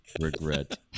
regret